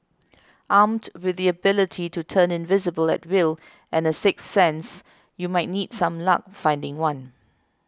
armed with the ability to turn invisible at will and a sixth sense you might need some luck finding one